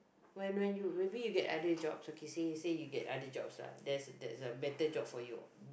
when when you maybe get other jobs okay say say you get other jobs lah that's a that's a better job for you